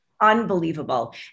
unbelievable